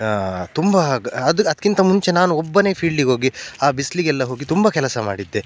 ತುಂಬ ಅದು ಅದಕ್ಕಿಂತ ಮುಂಚೆ ನಾನು ಒಬ್ಬನೇ ಫೀಲ್ಡಿಗೋಗಿ ಆ ಬಿಸಿಲಿಗೆಲ್ಲ ಹೋಗಿ ತುಂಬ ಕೆಲಸ ಮಾಡಿದ್ದೆ